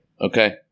okay